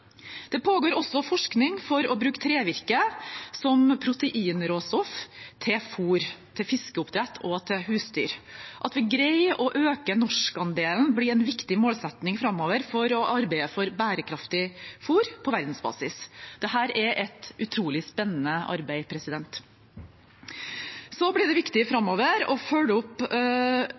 Det pågår også forskning for å bruke trevirke som proteinråstoff i fôr til fiskeoppdrett og til husdyr. At vi greier å øke norskandelen blir en viktig målsetting framover for å arbeide for bærekraftig fôr på verdensbasis. Dette er et utrolig spennende arbeid. Så blir det viktig framover å følge opp